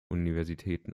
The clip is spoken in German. universitäten